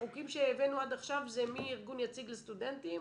החוקים שהבאנו עד עכשיו זה מארגון יציג לסטודנטים